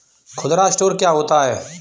खुदरा स्टोर क्या होता है?